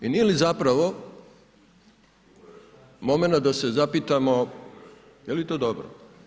I nije li zapravo momenat da se zapitamo je li to dobro.